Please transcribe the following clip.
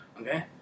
Okay